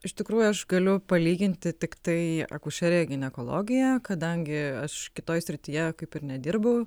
iš tikrųjų aš galiu palyginti tiktai akušeriją ginekologiją kadangi aš kitoj srityje kaip ir nedirbu